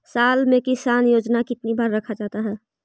साल में किसान योजना कितनी बार रखा जाता है?